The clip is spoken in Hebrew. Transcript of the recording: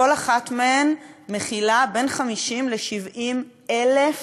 כל אחת מהן מכילה בין 50,000 ל-70,000 בעלי-חיים,